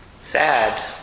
sad